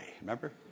Remember